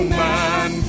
man